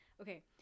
Okay